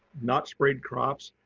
not sprayed crops.